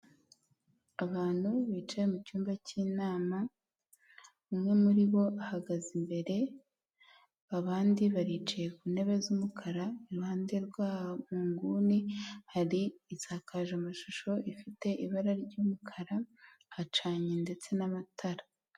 Abantu bicaye mu cyumba cy'inama umwe muri bo ahagaze imbere abandi baricaye ku ntebe z'umukara iruhande rwabo mu nguni hari insakazaamashusho ifite ibara ry'umukara hacanye ndetse n'amatara.